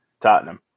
Tottenham